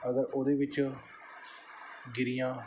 ਅਗਰ ਉਹਦੇ ਵਿੱਚ ਗਿਰੀਆਂ